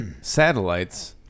satellites